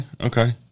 okay